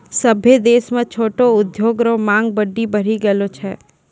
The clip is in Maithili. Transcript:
सभ्भे देश म छोटो उद्योग रो मांग बड्डी बढ़ी गेलो छै